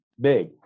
big